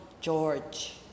George